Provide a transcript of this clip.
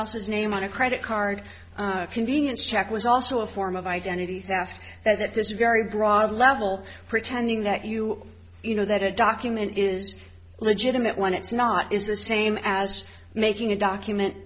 else's name on a credit card convenience check was also a form of identity theft that at this very broad level pretending that you you know that a document is legitimate when it's not is the same as making a document